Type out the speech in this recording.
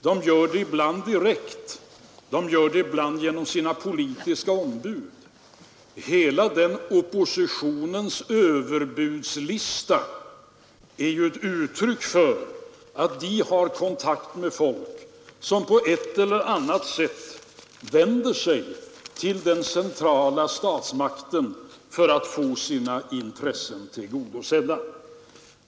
De gör det ibland direkt, ibland genom sina politiska ombud. Oppositionspartiernas hela överbudslista är ett uttryck för att de får kontakt med folk som på ett eller annat sätt vänder sig till den centrala statsmakten för att få sina intressen tillgodosedda.